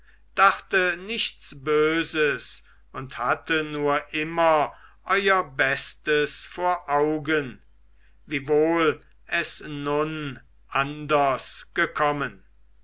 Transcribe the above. dachte nichts böses und hatte nur immer euer bestes vor augen wiewohl es nun anders gekommen